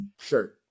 sure